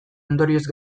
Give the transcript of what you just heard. ondorioz